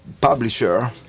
publisher